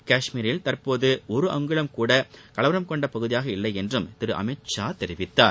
கஷ்மீரில் தற்போது ஒரு அங்குலம் கூட கலவரம் கொண்ட பகுதியாக இல்லையென்றும் திரு அமித் ஷா தெரிவித்தார்